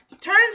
turns